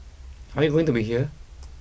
are we going to be here